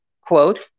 quote